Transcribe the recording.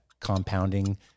compounding